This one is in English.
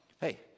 hey